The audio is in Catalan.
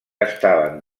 estaven